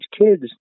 kids